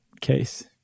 case